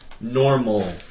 normal